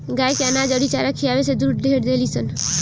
गाय के अनाज अउरी चारा खियावे से दूध ढेर देलीसन